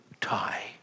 tie